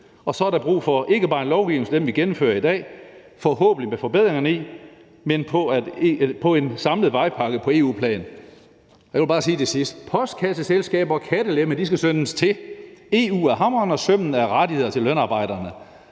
og så er der brug for ikke bare en lovgivning som den, vi gennemfører i dag – forhåbentlig med forbedringerne i – men for en samlet vejpakke på EU-plan. Jeg vil bare sige til sidst: Postkasseselskaber og kattelemme skal sømmes til, EU er hammeren og sømmene er rettigheder til lønarbejderne.